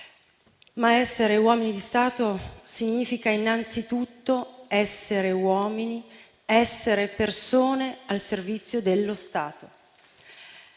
ma essere uomini di Stato significa innanzitutto essere uomini, essere persone al servizio dello Stato.